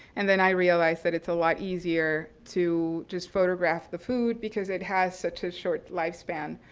and then i realized that it's a lot easier to just photograph the food because it has such a short lifespan.